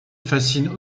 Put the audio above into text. fascine